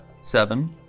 Seven